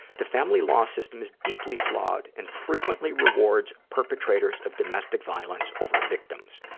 the family law system is deeply flawed and frequently rewards perpetrators of domestic violence over victims.